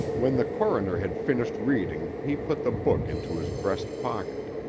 when the coroner had finished reading he put the book into his breast pocket.